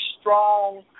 strong